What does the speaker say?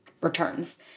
returns